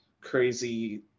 crazy